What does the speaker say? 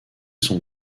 son